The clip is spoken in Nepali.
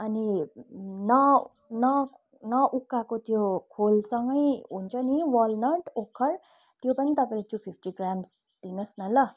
अनि न न नउक्काको त्यो खोलसँगै हुन्छ नि वलनट ओखर त्यो पनि तपाईँले टू फिप्टी ग्राम्स दिनुहोस् न ल